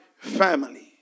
family